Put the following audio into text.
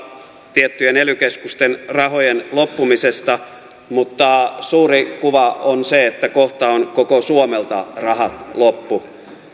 tiettyjen ely keskusten rahojen loppumisesta mutta suuri kuva on se että kohta on koko suomelta rahat loppu